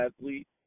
athlete